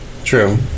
True